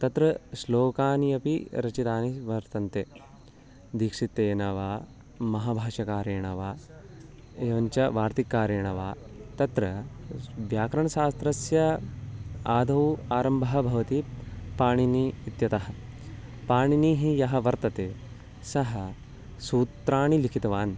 तत्र श्लोकानि अपि रचितानि वर्तन्ते दीक्षितेन वा महाभाष्यकारेण वा एवञ्च वार्तिककारेण वा तत्र व्याकरणं शास्त्रस्य आदौ आरम्भं भवति पाणिनिः इत्यतः पाणिनिः यः वर्तते सः सूत्राणि लिखितवान्